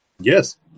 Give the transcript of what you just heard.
Yes